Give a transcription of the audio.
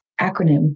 acronym